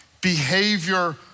behavior